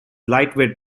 lightweight